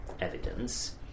evidence